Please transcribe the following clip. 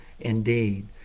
indeed